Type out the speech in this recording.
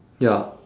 ya